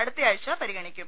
അടുത്തിയാഴ്ച പരിഗണിക്കും